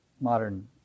modern